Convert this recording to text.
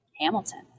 Hamilton